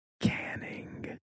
canning